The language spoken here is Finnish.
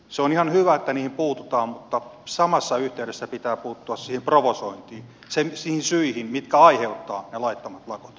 se on ihan hyvä että niihin puututaan mutta samassa yhteydessä pitää puuttua siihen provosointiin niihin syihin mitkä aiheuttavat ne laittomat lakot